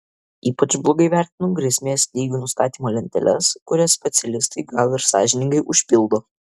ypač blogai vertinu grėsmės lygių nustatymo lenteles kurias specialistai gal ir sąžiningai užpildo